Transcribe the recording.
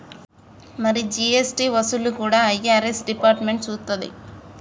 మరి జీ.ఎస్.టి వసూళ్లు కూడా ఐ.ఆర్.ఎస్ డిపార్ట్మెంట్ సూత్తది